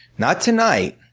not tonight.